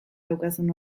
daukazun